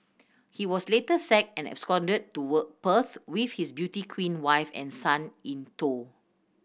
he was later sacked and absconded to Perth with his beauty queen wife and son in tow